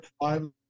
five